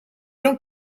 don’t